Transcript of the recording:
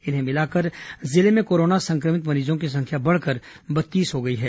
इन्हें मिलाकर जिले में कोरोना संक्रमित मरीजों की संख्या बढ़कर बत्तीस हो गई है